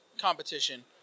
competition